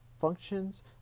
functions